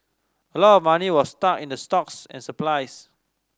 a lot of money was stuck in the stocks and supplies